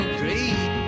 great